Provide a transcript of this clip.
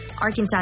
Arkansas